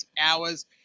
hours